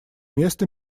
место